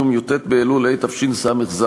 מיום י"ט באלול התשס"ו,